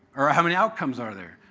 or how many outcomes are there?